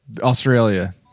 Australia